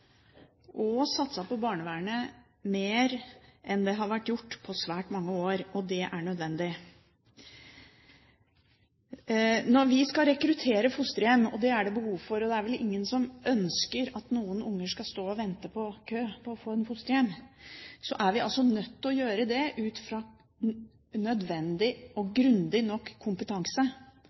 og satset på barnevernet mer enn det har vært gjort på svært mange år, og det er nødvendig. Når vi skal rekruttere fosterhjem – det er det behov for, og det er vel ingen som ønsker at noen barn skal stå og vente i kø for å få et fosterhjem – er vi nødt til å gjøre det ut fra nødvendig og grundig nok kompetanse.